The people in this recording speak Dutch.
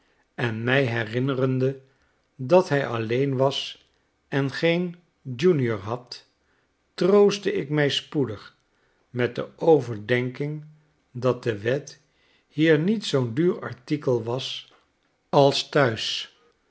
en mij herinnerendej dat hi alleen was en geen junior had troostte ik mij spoedig met de overdenking dat de wet hier niet zoo'n duur artikel was als